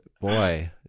Boy